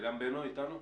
עילם בנו איתנו?